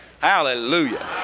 Hallelujah